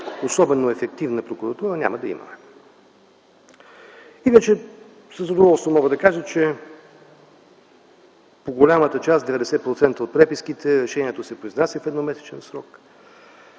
особено ефективна Прокуратура няма да имаме. Иначе със задоволство мога да кажа, че по голямата част, 90% от преписките, решението се произнася в едномесечен срок.